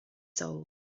solved